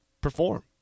perform